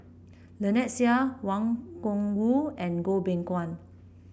Lynnette Seah Wang Gungwu and Goh Beng Kwan